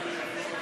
והשירותים